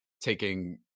taking